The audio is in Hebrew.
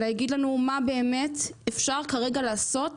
אלא יגיד לנו מה באמת אפשר כרגע לעשות